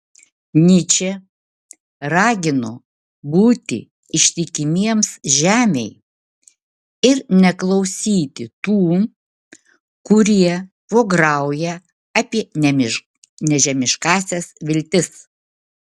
nyčė ragino būti ištikimiems žemei ir neklausyti tų kurie vograuja apie nežemiškąsias viltis